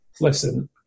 listen –